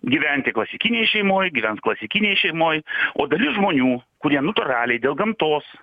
gyventi klasikinėj šeimoj gyvens klasikinėj šeimoj o dalis žmonių kurie natūraliai dėl gamtos